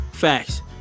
Facts